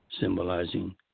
symbolizing